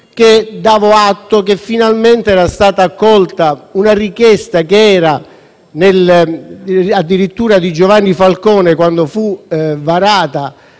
che davo atto che finalmente era stata accolta una richiesta che era addirittura di Giovanni Falcone e risaliva